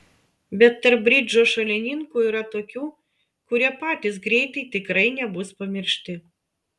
bet tarp bridžo šalininkų yra tokių kurie patys greitai tikrai nebus pamiršti